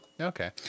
Okay